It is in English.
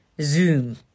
Zoom